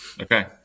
Okay